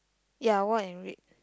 ya white and red